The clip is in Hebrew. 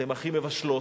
אתן הכי מבשלות,